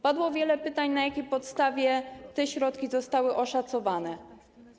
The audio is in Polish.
Padło wiele pytań, na jakiej podstawie te środki zostały oszacowane.